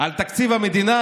על תקציב המדינה,